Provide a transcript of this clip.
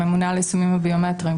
הממונה על היישומים הביומטריים,